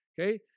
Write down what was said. Okay